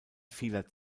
vieler